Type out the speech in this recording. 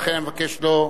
לכן אני מבקש: לא.